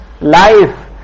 life